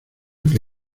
que